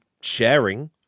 sharing